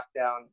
lockdown